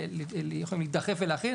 להידחף ולהכין,